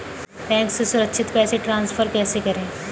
Bank से सुरक्षित पैसे ट्रांसफर कैसे करें?